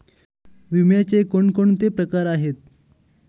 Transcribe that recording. विम्याचे कोणकोणते प्रकार आहेत?